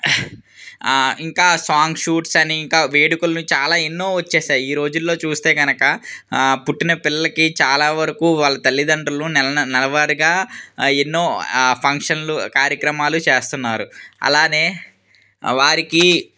ఇంకా song shoots అని ఇంకా వేడుకలు చాలా ఎన్నో వచ్చేసాయి ఈరోజుల్లో చూస్తే కనుక పుట్టిన పిల్లలకి చాలా వరకు వాళ్ళ తల్లిదండ్రులు నెల నెలవారీగా ఎన్నో ఫంక్షన్లు కార్యక్రమాలు చేస్తున్నారు అలానే వారికి